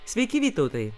sveiki vytautai